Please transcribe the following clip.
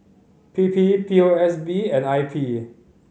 P P P O S B and I P